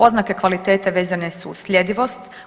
Oznake kvalitete vezane su uz sljedivost.